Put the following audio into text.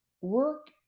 work